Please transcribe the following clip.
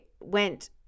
went